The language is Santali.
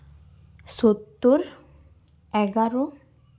ᱥᱳᱛᱛᱳᱨ ᱮᱜᱟᱨᱳ